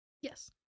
Yes